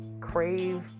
crave